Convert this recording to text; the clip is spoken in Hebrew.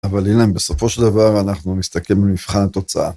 אבל הנה בסופו של דבר אנחנו מסתכלים למבחן התוצאה.